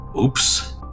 Oops